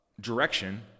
direction